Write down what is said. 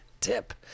tip